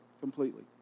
completely